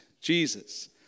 Jesus